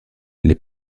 les